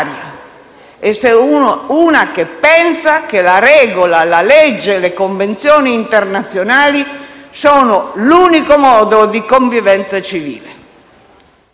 sono una che pensa che la regola, la legge e le convenzioni internazionali siano l'unico modo di convivenza civile.